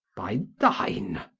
by thine.